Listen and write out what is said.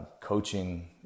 coaching